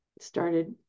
started